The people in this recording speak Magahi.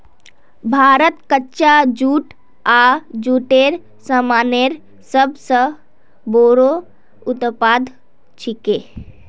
भारत कच्चा जूट आर जूटेर सामानेर सब स बोरो उत्पादक छिके